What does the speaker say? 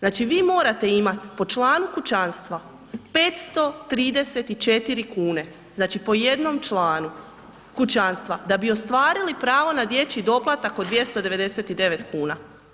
Znači vi morate imat po članu kućanstva 534 kn, znači po jednom članu kućanstva da bi ostvarili pravo na dječji doplatak od 299 kuna.